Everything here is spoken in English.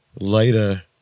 Later